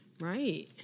Right